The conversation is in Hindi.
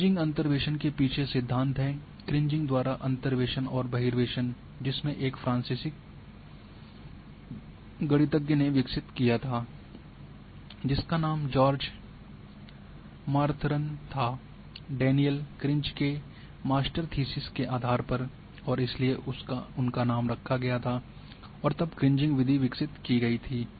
क्रीजिंग अंतर्वेसन के पीछे सिद्धांत है क्रीजिंग द्वारा अंतर्वेसन और बहिर्वेशन जिसे एक फ्रांसीसी गणितज्ञ ने विकसित किया था जिसका नाम जार्ज मार्थरन था डैनियल क्रीज के मास्टर थीसिस के आधार पर और इसलिए उनका नाम रखा गया था और तब क्रीजिंग विधि विकसित की गई थी